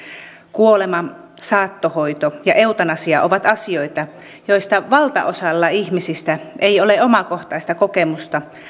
kuolema saattohoito ja eutanasia ovat asioita joista valtaosalla ihmisistä ei ole omakohtaista kokemusta